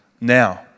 Now